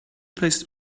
placed